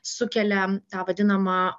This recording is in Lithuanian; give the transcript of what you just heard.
sukelia tą vadinamą